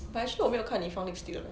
but actually 我没有看你放 lipstick 的 leh